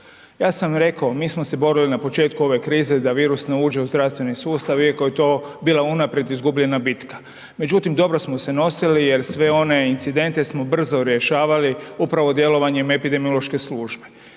Ja sam rekao, mi smo se borili na početku ove krize da virus ne uđe u zdravstveni sustav iako je to bila unaprijed izgubljena bitka. Međutim, dobro smo se nosili jer sve one incidente smo brzo rješavali upravo djelovanjem epidemiološke službe.